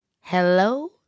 Hello